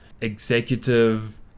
executive